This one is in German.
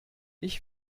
ich